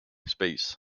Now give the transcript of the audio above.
space